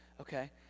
okay